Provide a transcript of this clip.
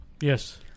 Yes